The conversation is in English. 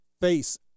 face